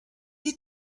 you